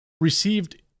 received